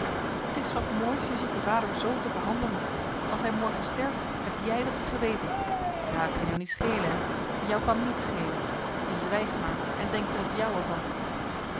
t is wat mooi's je zieke vader zoo te behandelen als hij morgen sterft heb jij t op je geweten maar dat kan jou niet schelen hè jou kan niets schelen je zwijgt maar en denkt er het jouwe van